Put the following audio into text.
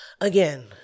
again